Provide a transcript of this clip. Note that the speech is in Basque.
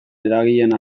eragileen